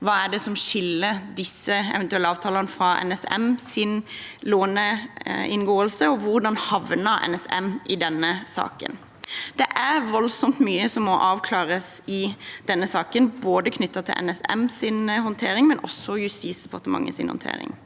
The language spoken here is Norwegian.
Hva er det som skiller disse eventuelle avtalene fra NSMs låneinngåelse? Hvordan havnet NSM i denne situasjonen? Det er voldsomt mye som må avklares i denne saken, knyttet både til NSMs håndtering og til Justisdepartementets håndtering.